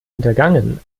hintergangen